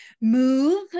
move